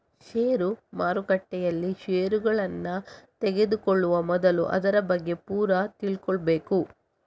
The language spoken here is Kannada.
ಷೇರು ಮಾರುಕಟ್ಟೆಯಲ್ಲಿ ಷೇರುಗಳನ್ನ ತೆಗೆದುಕೊಳ್ಳುವ ಮೊದಲು ಅದರ ಬಗ್ಗೆ ಪೂರ ತಿಳ್ಕೊಬೇಕು